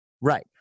Right